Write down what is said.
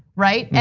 right?